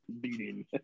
beating